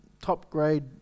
top-grade